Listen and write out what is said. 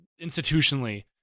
institutionally